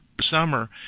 summer